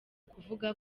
kuvuga